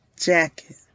jacket